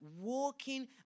Walking